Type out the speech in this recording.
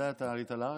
מתי אתה עלית לארץ?